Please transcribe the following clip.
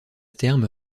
terme